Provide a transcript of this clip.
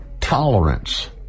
Tolerance